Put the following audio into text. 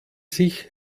sich